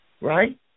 Right